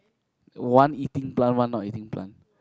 one eating plant one not eating plant